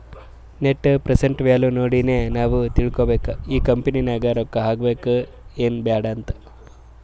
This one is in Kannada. ನೆಟ್ ಪ್ರೆಸೆಂಟ್ ವ್ಯಾಲೂ ನೋಡಿನೆ ನಾವ್ ತಿಳ್ಕೋಬೇಕು ಈ ಕಂಪನಿ ನಾಗ್ ರೊಕ್ಕಾ ಹಾಕಬೇಕ ಎನ್ ಬ್ಯಾಡ್ ಅಂತ್